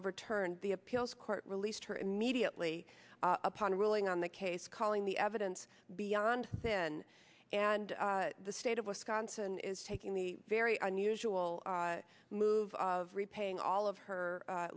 overturned the appeals court released her immediately upon a ruling on the case calling the evidence beyond thin and the state of wisconsin is taking the very unusual move of repaying all of her